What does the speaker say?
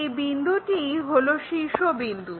এই বিন্দুটিই হলো শীর্ষবিন্দু